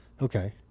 Okay